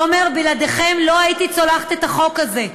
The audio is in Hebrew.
תומר, בלעדיכם לא הייתי צולחת את החוק הזה.